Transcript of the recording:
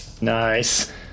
Nice